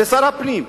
זה שר הפנים.